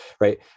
Right